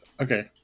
Okay